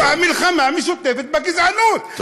במלחמה משותפת בגזענות.